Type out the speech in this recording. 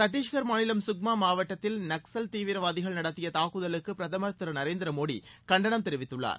கத்தீஸ்கர் மாநிலம் சுக்மா மாவட்டத்தில் நக்ஸல் தீவிரவாதிகள் நடத்திய தாக்குதலுக்கு பிரதமர் திரு நரேந்திர மோடி கண்டனம் தெரிவித்துள்ளார்